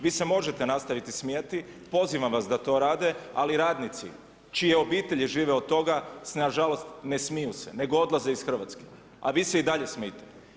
Vi se možete nastaviti smijati, pozivam vas da to rade ali radnici čije obitelji žive od toga, nažalost ne smiju se, nego odlaze iz Hrvatske, a vi se i dalje smijte.